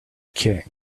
king